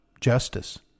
justice